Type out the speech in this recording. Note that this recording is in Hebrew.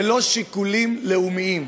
ולא שיקולים לאומיים,